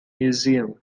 museum